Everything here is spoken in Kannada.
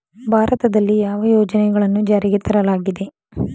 ಭಾರತದಲ್ಲಿ ಯಾವ ಯೋಜನೆಗಳನ್ನು ಜಾರಿಗೆ ತರಲಾಗಿದೆ?